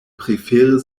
prefere